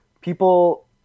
people